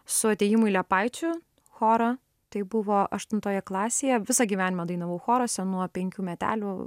su atėjimu į liepaičių chorą tai buvo aštuntoje klasėje visą gyvenimą dainavau choruose nuo penkių metelių